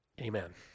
Amen